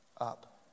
up